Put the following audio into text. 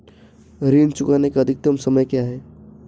ऋण चुकाने का अधिकतम समय क्या है?